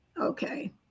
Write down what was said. Okay